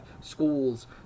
schools